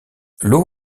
l’eau